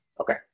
Okay